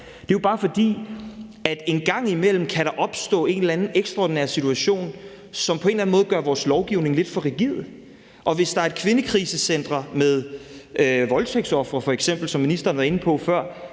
det er jo bare, fordi der en gang imellem kan opstå en eller anden ekstraordinær situation, som på en eller anden måde gør vores lovgivning lidt for rigid. Og hvis der på et kvindekrisecenter med voldtægtsofre f.eks., som ministeren har været inde på før,